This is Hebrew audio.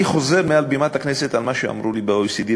אני חוזר מעל בימת הכנסת על מה שאמרו לי ב-OECD,